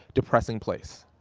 depressing place.